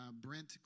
Brent